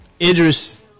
Idris